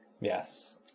Yes